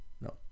No